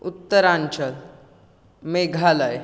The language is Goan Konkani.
उत्तरांचल मेघालय